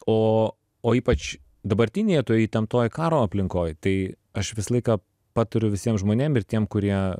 o o ypač dabartinėje toj įtemptoj karo aplinkoj tai aš visą laiką patariu visiem žmonėm ir tiem kurie